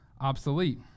obsolete